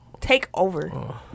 takeover